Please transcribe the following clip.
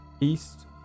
east